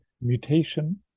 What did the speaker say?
mutation